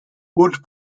wood